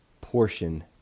portion